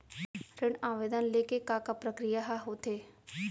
ऋण आवेदन ले के का का प्रक्रिया ह होथे?